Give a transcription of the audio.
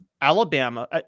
Alabama